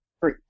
three